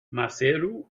maseru